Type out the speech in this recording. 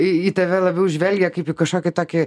į tave labiau žvelgia kaip į kažkokį tokį